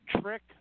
Trick